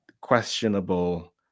questionable